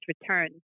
return